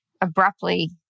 abruptly